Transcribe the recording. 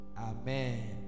Amen